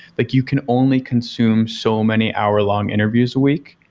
like you can only consume so many hour-long interviews a week,